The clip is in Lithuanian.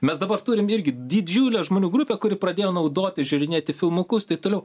mes dabar turim irgi didžiulę žmonių grupę kuri pradėjo naudoti žiūrinėti filmukus taip toliau